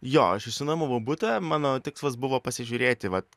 jo aš išsinuomavau butą mano tikslas buvo pasižiūrėti vat